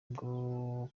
bwo